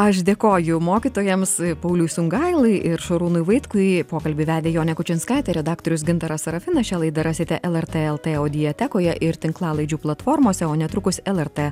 aš dėkoju mokytojams pauliui sungailai ir šarūnui vaitkui pokalbį vedė jonė kučinskaitė redaktorius gintaras sarafinas šią laidą rasite lrt eltai audiotekoje ir tinklalaidžių platformose o netrukus lrt